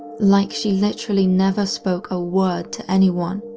like she literally never spoke a word to anyone.